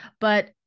But-